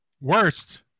worst